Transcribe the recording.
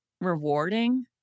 rewarding